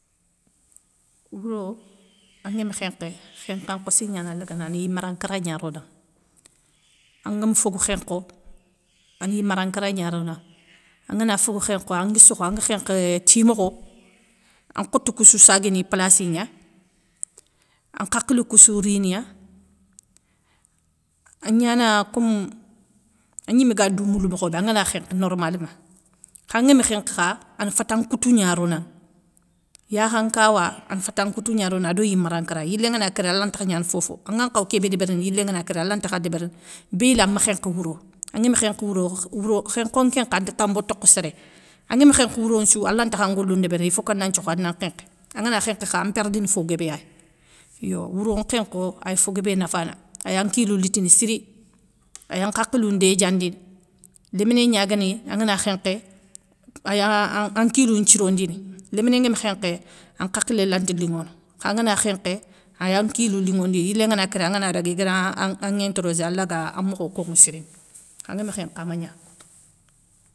Wouro anguéme khénkhé khékha nkhossi gnana lagana, ana yimara nkara gna ronaŋa. Angami fogou khénkho, ana yimara nkara gna ronaŋa, angana fogou khénkho anga sokhou anga khénkhé timokho, an khotou koussou saguéni i plassi gna, an nhakhilou koussou riniya, angnana kom, an gnimé ga dou moula mokhobé angana khénkhé normalma kha an nguémi khénkhé kha, ana fatan nkoutou gna ronŋa, yakhan nkawa ana fatan nkoutou gna ronaŋa ado yimaran nkara. Yilé ngana kéré a lantakh gnana fofo, anga khaw kébé débérini yilé ngana kéré a lantakha débérini béyla mi khénkhé wouro, angami khénkhé wouro wouro, khénkho kén nkha anti tambo tokho séré angami khénkhé wouro nthiou, alantakha ngolou ndébérini ifokana nthiokhou ana nkhénkhé. Angana khénkhékha an perdini fo guébéya yo, wouro khénkho ay fo guébé nafana, aya nkilou litini siri ayan nhakhilou ndédiandini, léminé gnaguéni angana khénkhé ayan an kilou nthirondini, léminé nguémi khénkhé an nhakhilé lanta linŋono. Kha angana khénkhé, aya nkilou linŋondini yilé ngana kéré angana igana an ŋétérosé alaga mokho konŋo sirinŋa, anguémi khénkhé amagna.